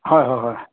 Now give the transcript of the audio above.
হয় হয় হয়